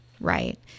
Right